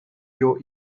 your